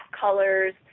colors